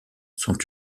sont